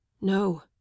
no